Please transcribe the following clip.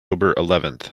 eleventh